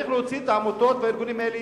צריכים להוציא את העמותות ואת הארגונים האלה